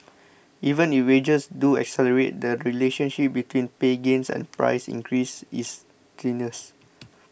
even if wages do accelerate the relationship between pay gains and price increases is tenuous